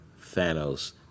Thanos